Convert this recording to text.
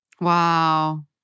Wow